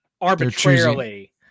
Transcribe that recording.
arbitrarily